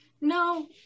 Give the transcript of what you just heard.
No